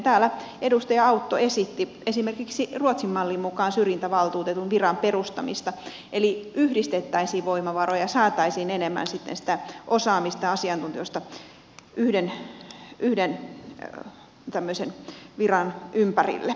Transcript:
täällä edustaja autto esitti esimerkiksi ruotsin mallin mukaan syrjintävaltuutetun viran perustamista eli yhdistettäisiin voimavaroja ja saataisiin enemmän sitten sitä osaamista ja asiantuntemusta yhden tämmöisen viran ympärille